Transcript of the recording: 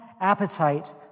appetite